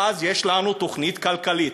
ואז יש לנו תוכנית כלכלית.